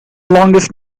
longest